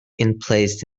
emplaced